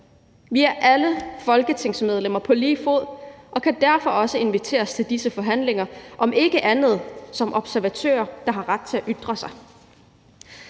Vi er alle folketingsmedlemmer på lige fod og kan derfor også inviteres til disse forhandlinger, om ikke andet som observatører, der har ret til at ytre sig.